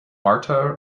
marta